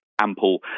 ample